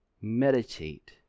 meditate